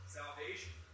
salvation